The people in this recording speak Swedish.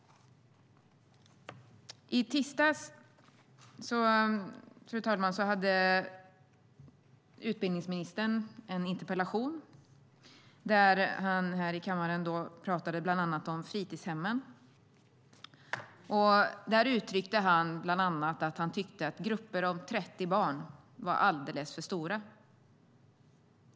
I tisdags, fru talman, deltog utbildningsministern i en interpellationsdebatt i kammaren och talade om fritidshemmen. Bland annat tyckte han att grupper om 30 barn var alldeles för stora.